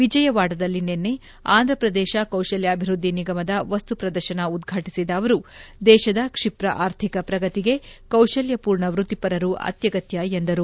ವಿಜಯವಾಡದಲ್ಲಿ ನಿನ್ನೆ ಆಂಧ್ರಪ್ರದೇಶ ಕೌಶಲ್ಥಾಭಿವೃದ್ಧಿ ನಿಗಮದ ಮಸ್ತು ಪ್ರದರ್ತನ ಉದ್ಘಾಟಿಸಿದ ಅವರು ದೇಶದ ಕ್ಷಿಪ್ರ ಆರ್ಥಿಕ ಪ್ರಗತಿಗೆ ಕೌಶಲ್ಯ ಪೂರ್ಣ ವೃತ್ತಿಪರರು ಅತ್ಯಗತ್ಯ ಎಂದರು